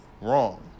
wrong